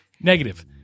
Negative